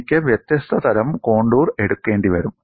എനിക്ക് വ്യത്യസ്ത തരം കോണ്ടൂർ എടുക്കേണ്ടി വരും